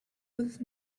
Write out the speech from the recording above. with